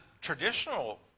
Traditional